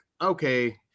okay